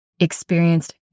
Experienced